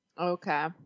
Okay